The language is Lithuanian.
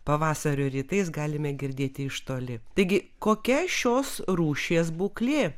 pavasario rytais galime girdėti iš toli taigi kokia šios rūšies būklė